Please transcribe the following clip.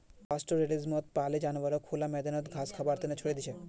पास्टोरैलिज्मत पाले जानवरक खुला मैदानत घास खबार त न छोरे दी छेक